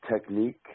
technique